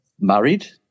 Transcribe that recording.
Married